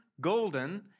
golden